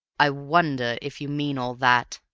i wonder if you mean all that!